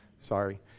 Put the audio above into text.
Sorry